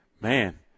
man